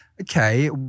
okay